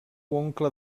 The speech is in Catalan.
oncle